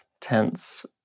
tense